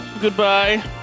Goodbye